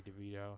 DeVito